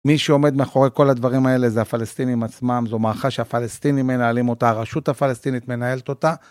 מי שעומד מאחורי כל הדברים האלה זה הפלסטינים עצמם, זו מערכה שהפלסטינים מנהלים אותה, הרשות הפלסטינית מנהלת אותה,